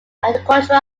agricultural